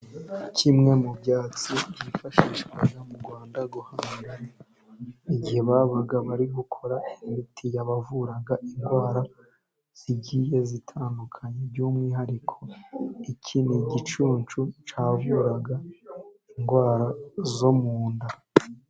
Kimwe mu byatsi byifashishwaga mu Rwanda rwo hambere, igihe babaga bari gukora imiti yabavuraga indwara zigiye zitandukanye, by'umwihariko iki ni igicucu, cyavuraga indwara zo mu nda.